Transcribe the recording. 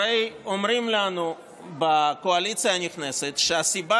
הרי אומרים לנו בקואליציה הנכנסת שהסיבה